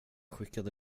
skickade